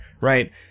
right